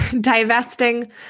divesting